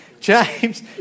James